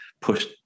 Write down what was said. push